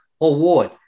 award